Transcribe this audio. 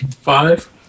Five